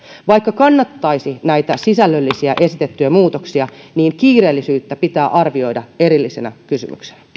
vaikka kannattaisi näitä esitettyjä sisällöllisiä muutoksia niin kiireellisyyttä pitää arvioida erillisenä kysymyksenä